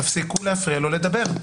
תפסיקו להפריע לו לדבר.